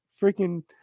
freaking